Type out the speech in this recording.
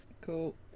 Cool